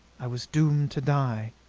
i was doomed to die.